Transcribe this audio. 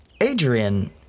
Adrian